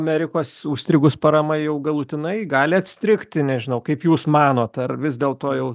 amerikos užstrigus parama jau galutinai gali atstrigti nežinau kaip jūs manot ar vis dėlto jau